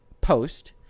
post